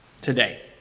today